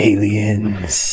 Aliens